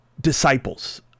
disciples